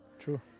True